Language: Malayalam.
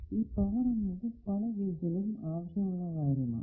ഈ പവർ എന്നത് പല കേസിലും ആവശ്യമുള്ള കാര്യമാണ്